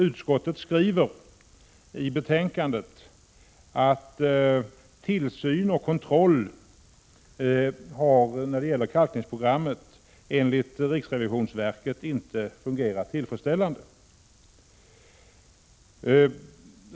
Utskottet skriver i betänkandet att tillsyn och kontroll när det gäller kalkningsprogrammet har enligt riksrevisionsverket inte fungerat tillfredsställande.